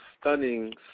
Stunning